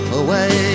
away